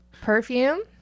perfume